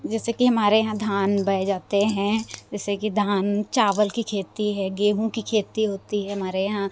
जैसे कि हमारे यहाँ धान बोये जाते हैं जैसे कि धान चावल की खेती है गेहूं की खेती होती है हमारे यहाँ